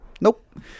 nope